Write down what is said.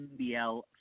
NBL